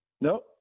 Nope